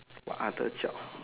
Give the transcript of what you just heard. what other job